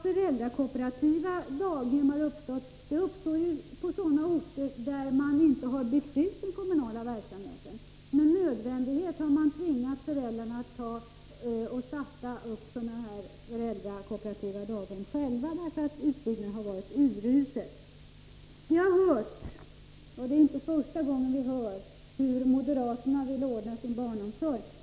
Föräldrakooperativa daghem har uppstått på sådana orter där man inte har byggt ut den kommunala daghemsoch fritidshemsverksamheten. Föräldrarna har tvingats att själva starta kooperativa familjedaghem, därför att den kommunala utbyggnaden av verksamheten har varit urusel. Det är inte första gången som vi får höra hur moderaterna vill ordna barnomsorgen.